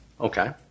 Okay